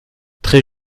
très